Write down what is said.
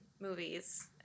movies